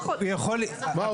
הוא יכול --- מה,